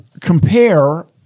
Compare